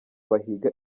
bahiga